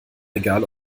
egal